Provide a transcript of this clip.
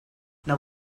now